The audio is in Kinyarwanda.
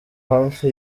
hafi